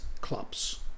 clubs